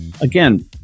again